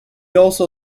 also